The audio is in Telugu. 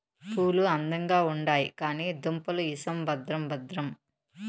పూలు అందంగా ఉండాయి కానీ దుంపలు ఇసం భద్రం భద్రం